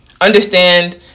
understand